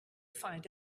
find